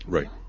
Right